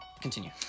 Continue